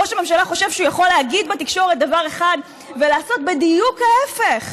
ראש הממשלה חושב שהוא יכול להגיד בתקשורת דבר אחד ולעשות בדיוק ההפך.